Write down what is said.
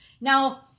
Now